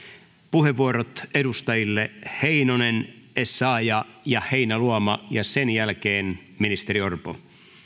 puheenvuorot edustajille heinonen essayah ja ja heinäluoma ja sen jälkeen ministeri orpo